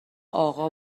اقا